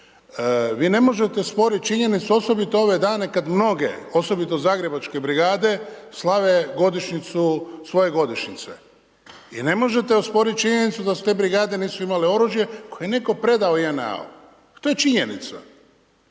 Vi ne možete sporiti činjenicu, osobito ove dane kada mnoge, osobito zagrebačke brigade svoje svoje godišnjice i ne možete osporiti činjenicu da te brigade nisu imale oružje koje je netko predao JNA-u. To je činjenica.